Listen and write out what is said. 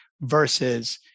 versus